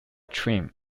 trim